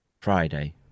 Friday